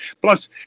Plus